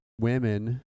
women